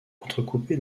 entrecoupé